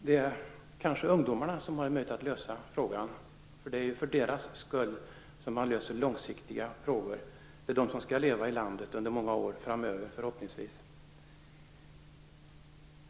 Det är kanske ungdomarna som har en möjlighet att lösa frågan, eftersom det är för deras skull som man löser långsiktiga frågor. Det är ungdomarna som skall leva i landet förhoppningsvis under många år framöver.